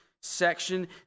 section